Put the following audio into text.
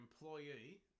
employee